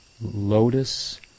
lotus